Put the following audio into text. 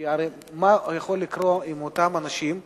כי הרי מה יכול לקרות עם אותם אנשים,